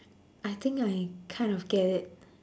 I think I kind of get it